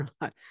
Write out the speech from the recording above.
right